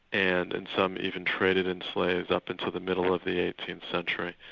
and and some even traded in slaves up until the middle of the eighteenth century.